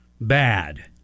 bad